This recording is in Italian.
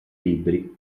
libri